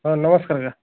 sir ନମସ୍କାର ଆଜ୍ଞା